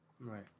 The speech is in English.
right